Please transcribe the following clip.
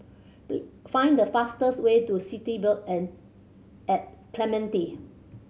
find the fastest way to City at Clementi